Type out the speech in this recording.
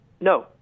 No